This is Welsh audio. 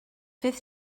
fydd